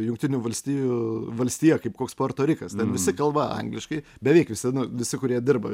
jungtinių valstijų valstija kaip koks peurto rikas ten visi kalba angliškai beveik visi nu visi kurie dirba